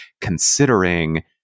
considering